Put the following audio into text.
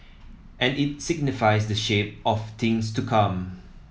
and it signifies the shape of things to come